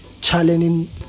challenging